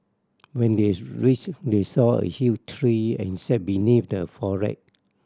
when they reached they saw a huge tree and sat beneath the foliage